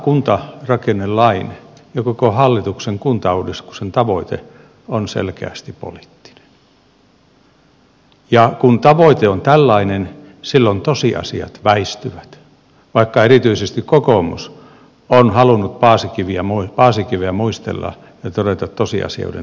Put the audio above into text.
tämän kuntarakennelain ja koko hallituksen kuntauudistuksen tavoite on selkeästi poliittinen ja kun tavoite on tällainen silloin tosiasiat väistyvät vaikka erityisesti kokoomus on halunnut paasikiveä muistella ja todeta tosiasioiden tunnustamisesta